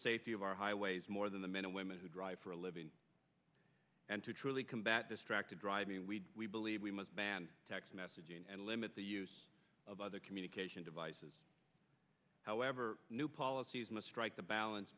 safety of our highways more than the men and women who drive for a living and to truly combat distracted driving we we believe we must ban text messaging and limit the use of other communication devices however new policies must strike the balance